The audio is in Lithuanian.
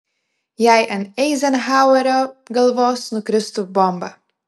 jei ant eizenhauerio galvos nukristų bomba